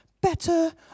better